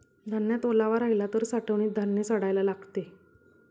धान्यात ओलावा राहिला तर साठवणीत धान्य सडायला लागेल